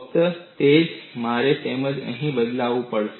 ફક્ત તે જ મારે તેને અહીં બદલવું પડશે